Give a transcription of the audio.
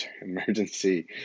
emergency